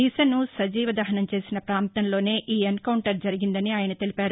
దిశను సజీవ దహనం చేసిన పాంతంలోనే ఈ ఎన్కౌంటర్ జరిగిందని ఆయన తెలిపారు